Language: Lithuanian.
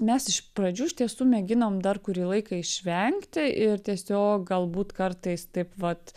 mes iš pradžių iš tiesų mėginom dar kurį laiką išvengti ir tiesiog galbūt kartais taip vat